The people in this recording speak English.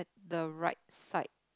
the right side